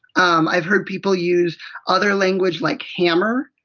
um i've heard people use other language like! hammer,